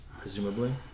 presumably